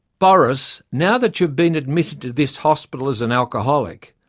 boris, now that you've been admitted to this hospital as an alcoholic,